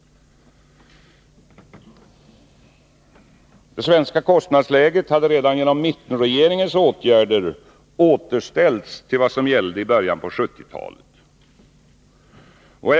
Det svenska kostnadsläget hade redan genom mittenregeringens åtgärder återställts till vad som gällde i början av 1970-talet.